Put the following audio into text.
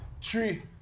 Tree